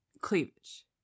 cleavage